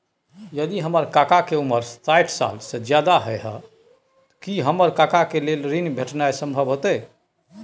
यदि हमर काका के उमर साठ साल से ज्यादा हय त की हमर काका के लेल ऋण भेटनाय संभव होतय?